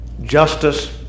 Justice